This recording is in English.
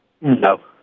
No